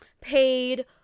paid